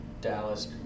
Dallas